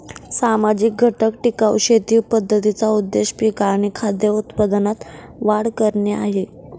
सामाजिक घटक टिकाऊ शेती पद्धतींचा उद्देश पिक आणि खाद्य उत्पादनात वाढ करणे आहे